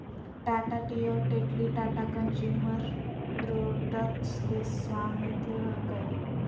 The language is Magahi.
टाटा टी और टेटली टाटा कंज्यूमर प्रोडक्ट्स के स्वामित्व हकय